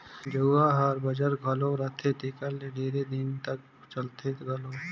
झउहा हर बंजर घलो रहथे तेकर ले ढेरे दिन तक चलथे घलो